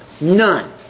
None